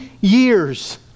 years